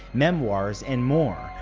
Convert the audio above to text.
memoirs, and more,